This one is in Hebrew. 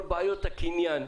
כל בעיות הקניין,